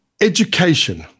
education